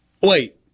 wait